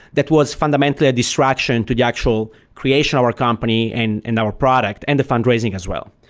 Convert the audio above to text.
that was fundamentally a distraction to the actual creation of our company and and our product and the fundraising as well.